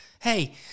hey